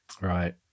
Right